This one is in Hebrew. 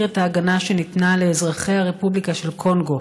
את ההגנה שניתנה לאזרחי הרפובליקה של קונגו?